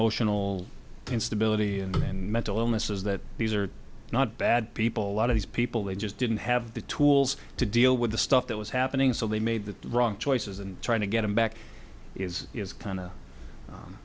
emotional instability and mental illnesses that these are not bad people lot of these people they just didn't have the tools to deal with the stuff that was happening so they made the wrong choices and trying to get them back is is kind